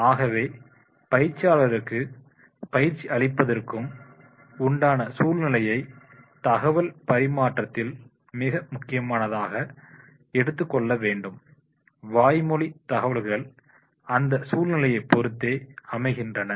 ஆகவே பயிற்சியாளருக்கு பயிற்சி அளிப்பதற்கும் உண்டான சூழ்நிலையை தகவல் பரிமாற்றத்தில் மிக முக்கியமானதாக எடுத்துக்கொள்ள வேண்டும் வாய்மொழி தகவல்கள் அந்த சூழ்நிலையை பொறுத்தே அமைகின்றன